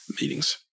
meetings